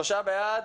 שלושה בעד,